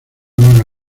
vaga